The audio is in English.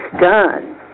done